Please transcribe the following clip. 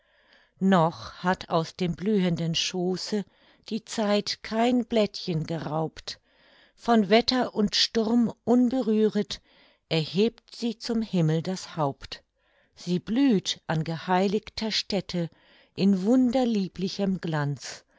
noch hat aus dem blühenden schooße die zeit kein blättchen geraubt von wetter und sturm unberühret erhebt sie zum himmel das haupt sie blüht an geheiligter stätte in wunderlieblichem glanz